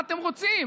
מה אתם רוצים,